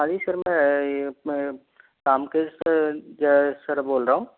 हाँ जी सर मैं रामकृष्ण जय सर बोल रहा हूँ